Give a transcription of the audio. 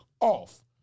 off